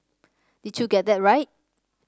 did you get that right